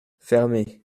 fermez